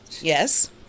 Yes